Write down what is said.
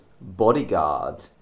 Bodyguard